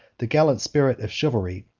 the gallant spirit of chivalry,